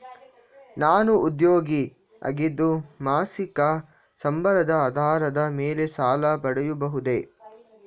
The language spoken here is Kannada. ನಾನು ಉದ್ಯೋಗಿ ಆಗಿದ್ದು ಮಾಸಿಕ ಸಂಬಳದ ಆಧಾರದ ಮೇಲೆ ಸಾಲ ಪಡೆಯಬಹುದೇ?